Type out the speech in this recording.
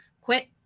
quit